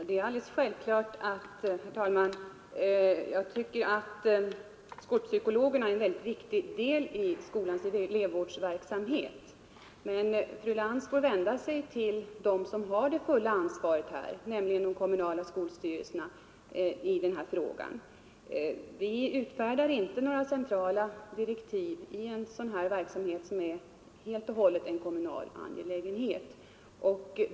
Herr talman! Jag tycker att den verksamhet skolpsykologerna bedriver är en mycket viktig del av skolans elevvårdsverksamhet. Men fru Lantz får vända sig till dem som har ansvaret i denna fråga, nämligen de kommunala skolstyrelserna. Från centralt håll utfärdar vi inte några direktiv för denna verksamhet, som helt och hållet är en kommunal angelägenhet.